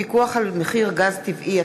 פיקוח על מחיר גז טבעי),